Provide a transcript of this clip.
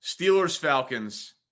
Steelers-Falcons